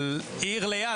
אבל עיר ליד,